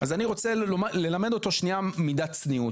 אז אני רוצה ללמד אותו שנייה מידת צניעות,